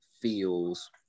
feels